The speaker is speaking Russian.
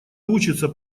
учится